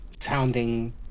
sounding